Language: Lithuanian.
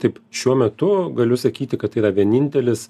taip šiuo metu galiu sakyti kad tai yra vienintelis